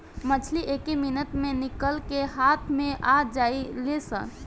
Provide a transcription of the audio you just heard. मछली एके मिनट मे निकल के हाथ मे आ जालीसन